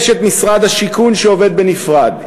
יש משרד השיכון שעובד בנפרד,